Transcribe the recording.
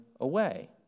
away